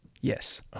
yes